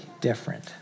different